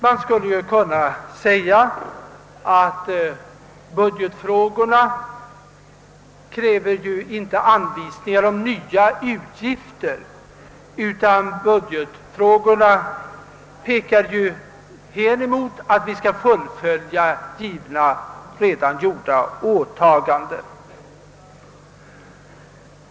Man skulle kunna säga att det när det gäller budgeten inte krävs anvisningar om nya utgifter, utan det är snarare fråga om att fullfölja redan gjorda åtaganden.